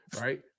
right